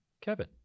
Kevin